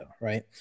right